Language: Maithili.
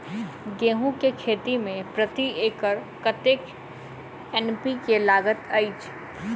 गेंहूँ केँ खेती मे प्रति एकड़ कतेक एन.पी.के लागैत अछि?